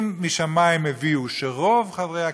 אם משמיים הביאו שרוב חברי הכנסת,